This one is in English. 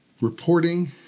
reporting